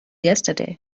yesterday